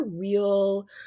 real